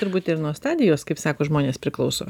turbūt ir nuo stadijos kaip sako žmonės priklauso